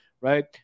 right